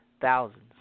thousands